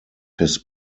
his